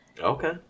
Okay